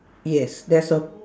yes there's a